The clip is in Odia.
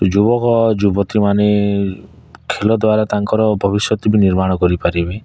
ଯୁବକ ଯୁବତୀମାନେ ଖେଳ ଦ୍ୱାରା ତାଙ୍କର ଭବିଷ୍ୟତ ବି ନିର୍ମାଣ କରିପାରିବେ